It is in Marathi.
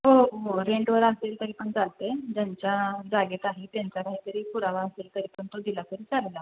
हो हो हो रेंटवर आसतील तरी पण चालते ज्यांच्या जागेत आहे त्यांचा काहीतरी पुरावा असेल तरी पण तो दिला तरी चालेल आम्हाला